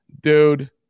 Dude